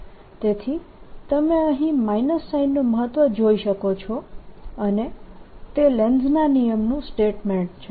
તેથી તમે અહીં માઇનસ સાઈનનું મહત્વ જોઈ શકો છો અને તે લેન્ઝના નિયમનું સ્ટેટમેન્ટ છે